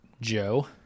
Joe